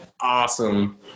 awesome